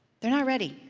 they're not ready,